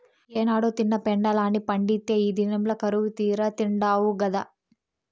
ఏనాడో తిన్న పెండలాన్ని పండిత్తే ఈ దినంల కరువుతీరా తిండావు గదా